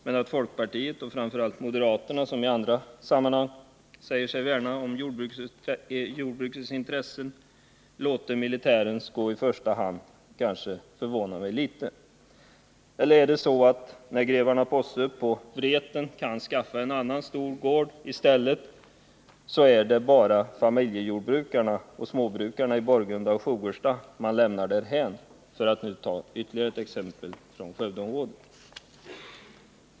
Men att folkpartiet och framför allt moderaterna, som i andra sammanhang säger sig värna om jordbrukets intressen, låter militärens intressen gå i första hand kanske förvånar mig litet. Eller också är det så att när grevarna Posse på Vreten kan skaffa en annan stor gård i stället är det bara familjejordbrukarna och småbrukarna i Borgunda och Sjogerstad man lämnar därhän — för att nu ta ytterligare ett exempel från Skövdeområdet.